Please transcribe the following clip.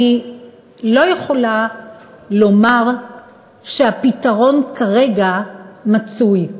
אני לא יכולה לומר שהפתרון מצוי כרגע.